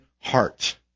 heart